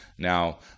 Now